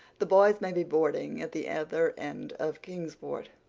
the boys may be boarding at the other end of kingsport,